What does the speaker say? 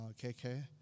KK